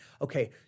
okay